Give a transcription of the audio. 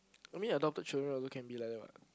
I mean adopted children also can be like that what